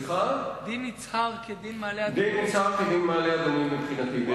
דין יצהר כדין מעלה-אדומים, מבחינתי.